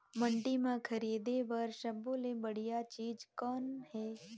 मंडी म खरीदे बर सब्बो ले बढ़िया चीज़ कौन हे?